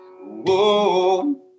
Whoa